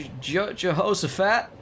Jehoshaphat